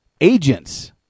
agents